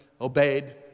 obeyed